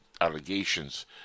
allegations